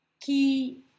key